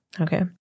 Okay